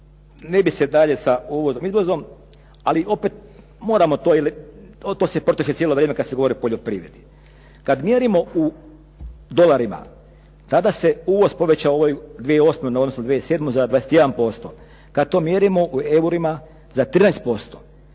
ne bih se dalje sa uvozom i izvozom, ali opet moramo to se proteže cijelo vrijeme kada se govori o poljoprivredi. Kada mjerimo u dolarima tada se uvoz povećao u ovoj 2008. u odnosu na 2007. za 21%. Kada to mjerimo u eurima za 13%,